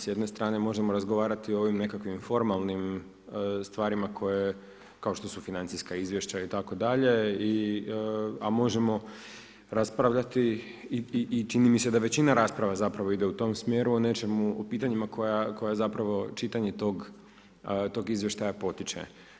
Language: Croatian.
S jedne strane možemo razgovarati o ovim nekakvim formalnim stvarima koje kao što su financijska izvješća itd. i a možemo raspravljati i čini mi se da većina rasprava zapravo ide u tom smjeru, o nečemu, o pitanjima koja čitanje tog izvještaja potiče.